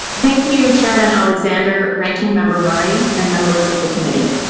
thank you chairman alexander, ranking member murray and members of the committee.